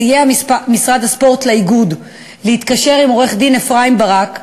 סייע משרד הספורט לאיגוד להתקשר עם עורך-דין אפרים ברק,